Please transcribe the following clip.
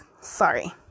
Sorry